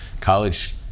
college